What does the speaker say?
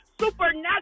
supernatural